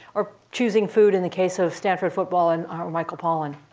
or choosing food in the case of stanford football and michael pollan.